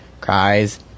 cries